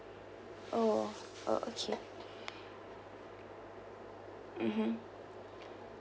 oh o~ okay mmhmm